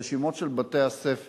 רשימות של בתי-הספר